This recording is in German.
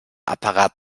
apparat